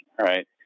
right